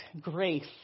grace